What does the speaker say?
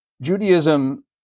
Judaism